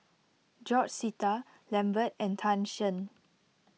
George Sita Lambert and Tan Shen